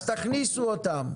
אז תכניסו אותם.